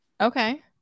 Okay